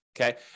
Okay